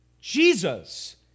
Jesus